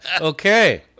Okay